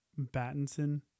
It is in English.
Battinson